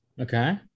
Okay